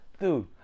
Dude